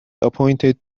appointed